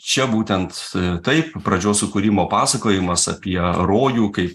čia būtent taip pradžios sukūrimo pasakojimas apie rojų kaip